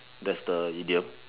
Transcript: that's the idiom